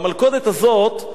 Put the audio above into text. המלכודת הזאת,